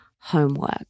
homework